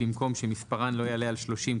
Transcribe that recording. במקום "שמספרן לא יעלה על 30,